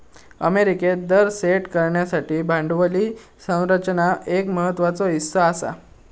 अमेरिकेत दर सेट करण्यासाठी भांडवली संरचना एक महत्त्वाचो हीस्सा आसा